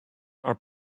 are